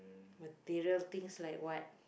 material things like what